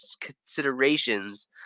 considerations